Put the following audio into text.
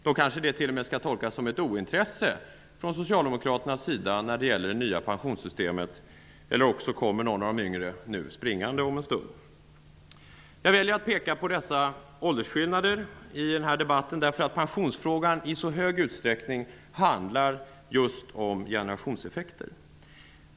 Då kanske det t.o.m. skall tolkas som ett ointresse från socialdemokraternas sida när det gäller det nya pensionssystemet, eller också kommer någon av de yngre springande om en stund. Jag väljer att peka på dessa åldersskillnader i debatten därför att pensionsfrågan i så hög utsträckning handlar just om generationseffekter.